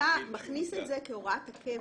אתה מכניס את זה כהוראת הקבע.